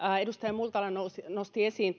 edustaja multala nosti esiin